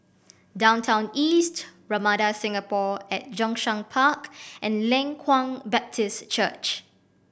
Downtown East Ramada Singapore at Zhongshan Park and Leng Kwang Baptist Church